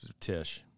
Tish